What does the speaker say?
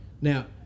Now